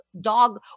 dog